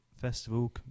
festival